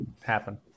happen